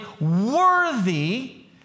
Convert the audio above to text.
worthy